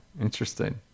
Interesting